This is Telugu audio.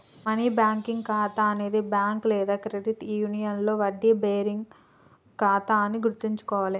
మనీ మార్కెట్ ఖాతా అనేది బ్యాంక్ లేదా క్రెడిట్ యూనియన్లో వడ్డీ బేరింగ్ ఖాతా అని గుర్తుంచుకోవాలే